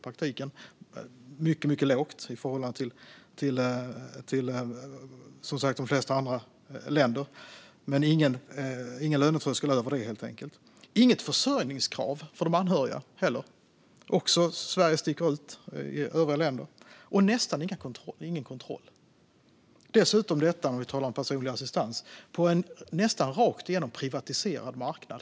Det är mycket lågt i förhållande till de flesta andra länder, men det finns ingen lönetröskel över det. Det finns heller inget försörjningskrav för anhöriga. Också där sticker Sverige ut från övriga länder. Och det finns nästan ingen kontroll. Detta dessutom, när vi talar om personlig assistans, på en nästan rakt igenom privatiserad marknad.